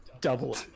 Double